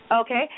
Okay